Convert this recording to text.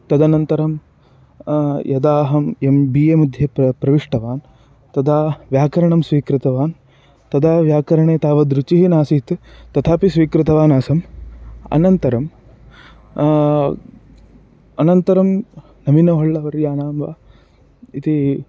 तदनन्तरं यदा अहं एम् बि ए मध्ये प्र प्रविष्टवान् तदा व्याकरणं स्वीकृतवान् तदा व्याकरणे तावद् रुचिः नासीत् तथापि स्वीकृतवान् आसम् अनन्तरं अनन्तरं नवीनहोळ्ळवर्याणां वा इति